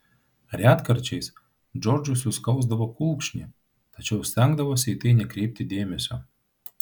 retkarčiais džordžui suskausdavo kulkšnį tačiau stengdavosi į tai nekreipti dėmesio